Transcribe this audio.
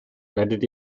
werdet